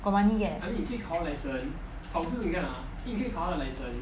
got money leh